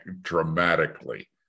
dramatically